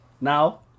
now